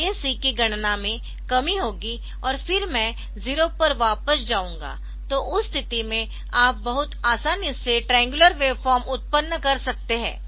DAC कि गणना में कमी होगी और फिर मैं 0 पर वापस जाऊंगा तो उस स्थिति में आप बहुत आसानी से ट्राइंगुलर वेवफॉर्म उत्पन्न कर सकते है